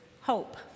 hope